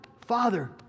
Father